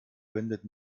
wendet